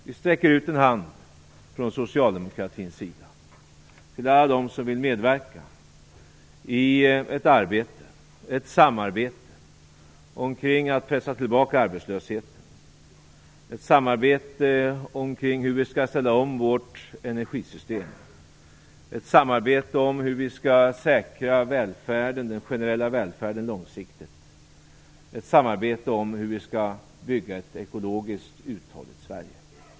Vi sträcker ut en hand från socialdemokratins sida till alla dem som vill medverka i ett samarbete om att pressa tillbaka arbetslösheten, om hur vi skall ställa om vårt energisystem, om hur vi långsiktigt skall säkra den generella välfärden och om hur vi skall bygga ett ekologiskt uthålligt Sverige.